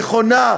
נכונה,